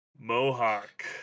mohawk